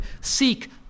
Seek